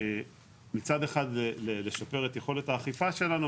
מצד אחד לשפר את יכולת האכיפה שלנו,